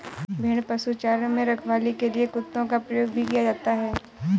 भेड़ पशुचारण में रखवाली के लिए कुत्तों का प्रयोग भी किया जाता है